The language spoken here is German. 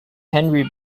henry